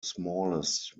smallest